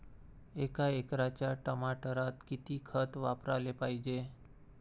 एका एकराच्या टमाटरात किती खत वापराले पायजे?